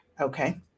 Okay